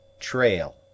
trail